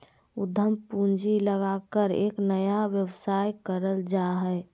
उद्यम पूंजी लगाकर एक नया व्यवसाय करल जा हइ